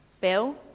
Bill